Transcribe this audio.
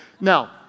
Now